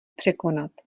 překonat